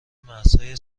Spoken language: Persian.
مرزهای